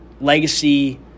legacy